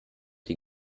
die